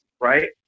right